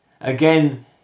Again